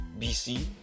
BC